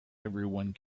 everyone